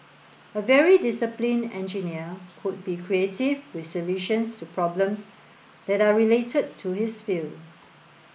a very disciplined engineer could be creative with solutions to problems that are related to his field